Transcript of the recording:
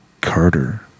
Carter